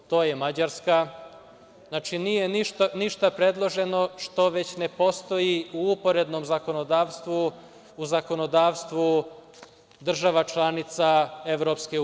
To je Mađarska, znači nije ništa predloženo što već ne postoji u uporednom zakonodavstvu, u zakonodavstvu država članica EU.